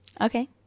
Okay